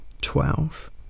twelve